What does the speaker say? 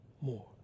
more